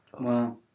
Wow